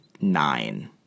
nine